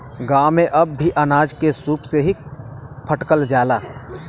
गांव में अब भी अनाज के सूप से ही फटकल जाला